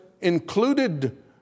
included